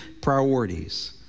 priorities